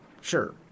sure